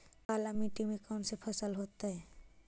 काला मिट्टी में कौन से फसल होतै?